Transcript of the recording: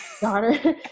daughter